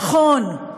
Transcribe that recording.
נכון,